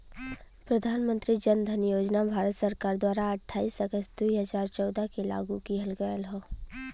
प्रधान मंत्री जन धन योजना भारत सरकार द्वारा अठाईस अगस्त दुई हजार चौदह के लागू किहल गयल हौ